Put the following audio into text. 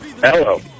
Hello